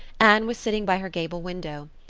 anne was sitting by her gable window.